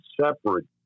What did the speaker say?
separate